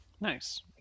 Nice